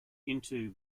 into